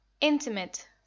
intimate